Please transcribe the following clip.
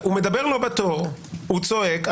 הוא מדבר לא בתור, הוא צועק.